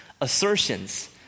assertions